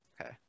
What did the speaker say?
Okay